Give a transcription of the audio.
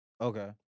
Okay